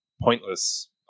pointless